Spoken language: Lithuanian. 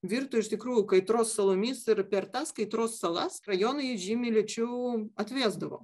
virto iš tikrųjų kaitros salomis ir per tas kaitros salas rajonai žymiai lėčiau atvėsdavo